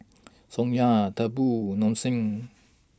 Ssangyong Tempur Nong Shim